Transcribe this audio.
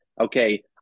Okay